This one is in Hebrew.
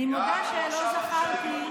אני מודה שלא זכרתי,